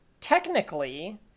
technically